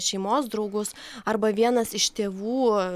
šeimos draugus arba vienas iš tėvų